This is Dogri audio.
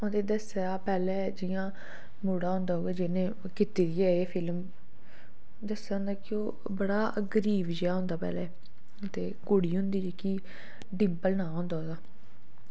ओह्दे च दस्से दा हा पैह्लें जियां मुड़ा होंदा उऐ एह् जिन्ने कीती दी होंदी फिल्म ते दस्से दा होंदा कि ओह् बड़ा गरीब जेहा होंदा पैह्लें ते कुड़ी होंदी जेह्की डिम्पल नांऽ होंदा ओह्दा